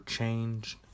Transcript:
changed